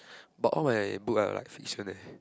but all my book are like fiction leh